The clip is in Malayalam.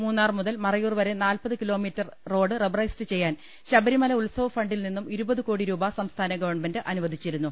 മൂന്നാർ മുതൽ മറയൂർ വരെ നാൽപത് കിലോമീറ്റർ റോ ഡ് റബറൈസ്ഡ് ചെയ്യാൻ ശബരിമല ഉത്സവ ഫണ്ടിൽ നിന്നും ഇരുപത് കോടി രൂപ സംസ്ഥാന ഗവൺമെന്റ് അനുവദിച്ചിരുന്നു